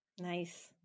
Nice